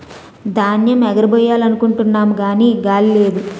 ధాన్యేమ్ ఎగరబొయ్యాలనుకుంటున్నాము గాని గాలి లేదు